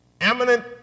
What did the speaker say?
Eminent